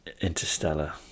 Interstellar